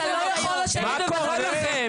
--- מה קורה לכם?